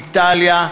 איטליה,